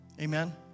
Amen